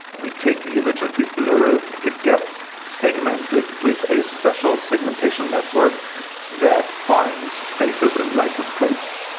we take the image and we blur it. it gets segmented with a special segmentation network that finds faces and license plates,